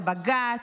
זה בג"ץ.